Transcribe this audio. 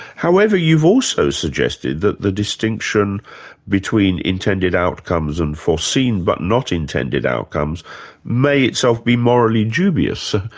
however you've also suggested that the distinction between intended outcomes and foreseen but not intended outcomes may itself be morally dubious.